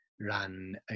ran